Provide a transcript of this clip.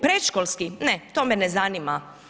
Predškolski, ne to me ne zanima.